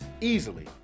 Easily